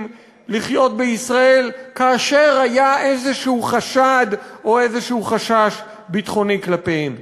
לחיות בישראל כאשר היה חשד כלשהו או חשש ביטחוני כלשהו כלפיהם.